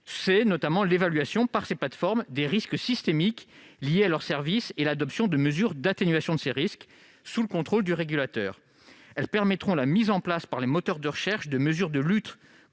notamment l'évaluation par ces plateformes des risques systémiques liés à leur service et l'adoption de mesures d'atténuation de ces risques sous le contrôle du régulateur. Elles permettront la mise en place par les moteurs de recherche de mesures de lutte